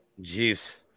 Jeez